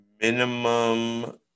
Minimum